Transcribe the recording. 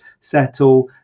settle